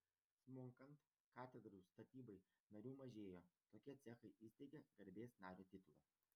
smunkant katedrų statybai narių mažėjo tokie cechai įsteigė garbės nario titulą